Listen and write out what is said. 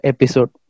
Episode